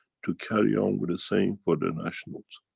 to carry on with the same for their nationals.